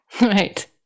right